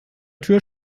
tür